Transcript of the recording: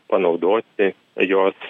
panaudoti jos